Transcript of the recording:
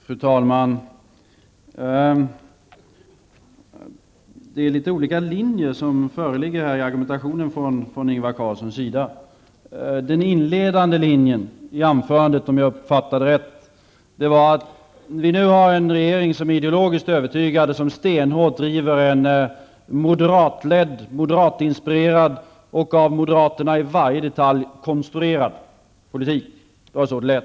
Fru talman! Det föreligger litet olika linjer i Ingvar Carlssons argumentation. I det inledande anförandet var den, om jag uppfattade det rätt, att vi nu har en regering som är ideologiskt övertygad och stenhårt driver en moderatledd, moderatinspirerad och av moderaterna i varje detalj konstruerad politik. Det var så det lät.